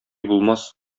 булмас